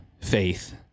faith